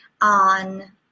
on